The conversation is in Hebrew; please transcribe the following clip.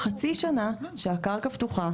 חצי שנה שהקרקע פתוחה,